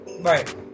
Right